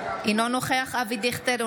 אינו נוכח אבי דיכטר,